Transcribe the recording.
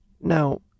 Now